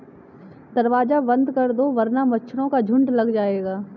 दरवाज़ा बंद कर दो वरना मच्छरों का झुंड लग जाएगा